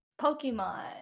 Pokemon